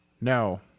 no